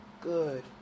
good